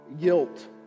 guilt